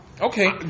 Okay